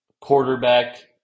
quarterback